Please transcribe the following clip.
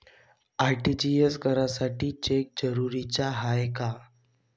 RTGS करासाठी cheque जरुरीचा हाय काय?